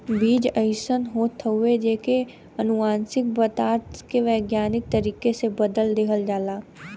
बीज अइसन होत हउवे जेकर अनुवांशिक पदार्थ के वैज्ञानिक तरीका से बदल देहल जाला